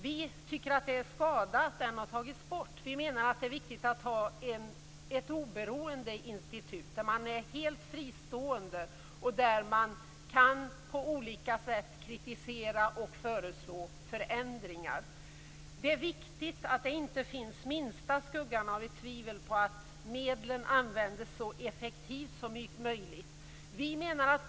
Vi tycker att det är skada att den har tagits bort, för det är viktigt att ha ett oberoende institut som är helt fristående och där man på olika sätt kan kritisera och föreslå förändringar. Det är viktigt att det inte finns minsta skugga av tvivel på att medlen används så effektivt som möjligt.